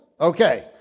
Okay